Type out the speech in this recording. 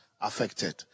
affected